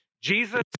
jesus